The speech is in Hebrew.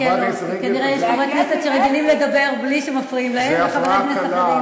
כנראה יש חברי כנסת שרגילים לדבר בלי שמפריעים להם חברי כנסת אחרים.